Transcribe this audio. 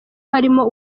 harimo